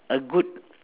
a good